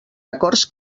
acords